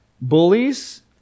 bullies